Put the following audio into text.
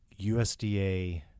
USDA